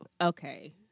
Okay